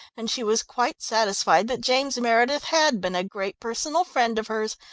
and she was quite satisfied that james meredith had been a great personal friend of hers,